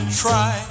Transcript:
try